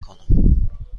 کنم